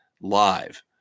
live